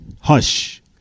Hush